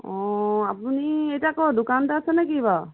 অঁ আপুনি এতিয়া ক'ত দোকানতে আছেনে কি বাৰু